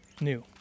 new